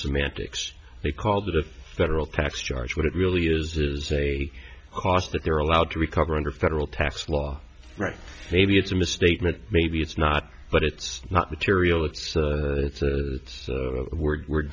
semantics they called it a federal tax charge what it really is is a cost that they're allowed to recover under federal tax law right maybe it's a misstatement maybe it's not but it's not material it's it's it's a word w